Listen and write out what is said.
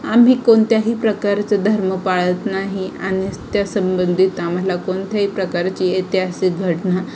आम्ही कोणत्याही प्रकारचं धर्म पाळत नाही आणि त्या संबंधित आम्हाला कोणत्याही प्रकारची ऐतिहासिक घटना